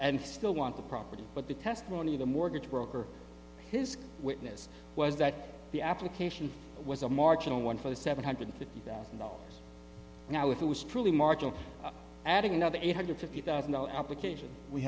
and still want the property but the testimony of the mortgage broker his witness was that the application was a marginal one for seven hundred fifty thousand dollars now if it was truly marginal adding another eight hundred fifty thousand dollars application we